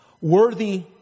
Worthy